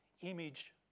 image